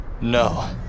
No